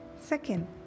Second